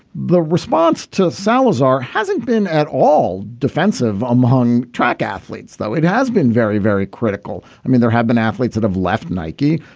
the response to salazar hasn't been at all defensive among track athletes though it has been very very critical. i mean there have been athletes that have left nike.